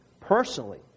personally